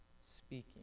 speaking